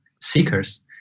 seekers